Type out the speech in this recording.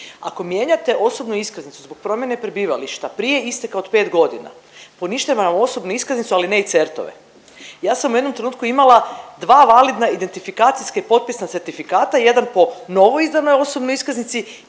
Ako mijenjate osobnu iskaznicu zbog promjene prebivališta, prije isteka od 5.g. poništava osobnu iskaznicu, ali ne i CERT-ove. Ja sam u jednom trenutku imala dva validna identifikacijska i potpisna certifikata, jedan po novo izdanoj osobnoj iskaznici,